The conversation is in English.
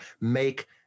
make